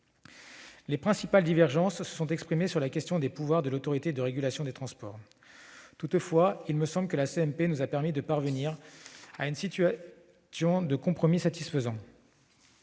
Les principales divergences se sont exprimées sur la question des pouvoirs de l'Autorité de régulation des transports (ART). Toutefois, il me semble que la CMP nous a permis de parvenir à une solution de compromis satisfaisante.